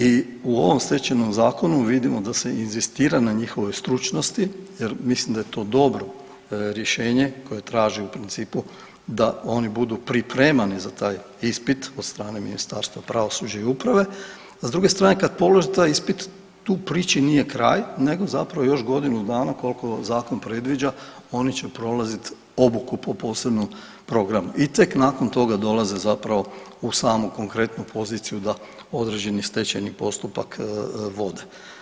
I u ovom Stečajnom zakonu vidimo da se inzistira na njihovoj stručnosti, jer mislim da je to dobro rješenje koje traži u principu da oni budu pripremani za taj ispit od strane Ministarstva pravosuđa i uprave, a s druge strane kad polože taj ispit tu priči nije kraj nego zapravo još godinu dana koliko zakon predviđa oni će prolaziti obuku po posebnom programu i tek nakon toga dolaze zapravo u samu konkretnu poziciju da određeni stečajni postupak vode.